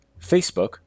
Facebook